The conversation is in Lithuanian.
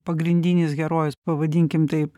pagrindinis herojus pavadinkim taip